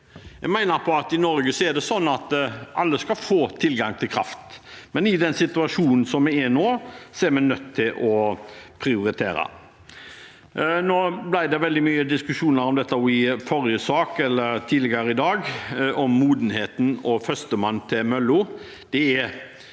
Jeg mener at i Norge er det sånn at alle skal få tilgang til kraft, men i den situasjonen vi er i nå, er vi nødt til å prioritere. Det ble veldig mye diskusjon om dette også i forrige sak, eller tidligere i dag, om modenheten og førstemann til mølla.